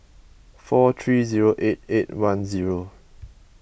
four three zero eight eight one zero